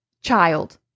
child